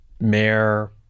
mayor